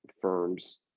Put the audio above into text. firms